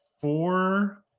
four